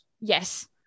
Yes